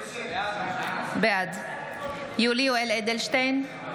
בעד יולי יואל אדלשטיין,